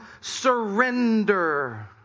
surrender